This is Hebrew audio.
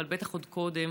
אבל בטח עוד קודם,